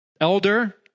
elder